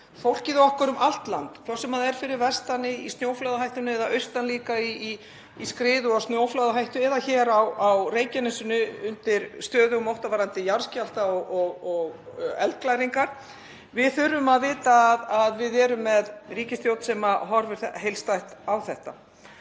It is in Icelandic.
Fólkið okkar um allt land, hvort sem það er fyrir vestan í snjóflóðahættunni eða austan í skriðu- og snjóflóðahættu eða hér á Reykjanesinu í stöðugum ótta vegna jarðskjálfta og eldhræringa, þarf að vita að við séum með ríkisstjórn sem horfir heildstætt á þetta.